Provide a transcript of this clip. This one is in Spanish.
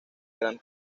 gran